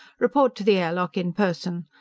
report to the air lock in person.